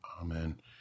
Amen